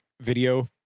video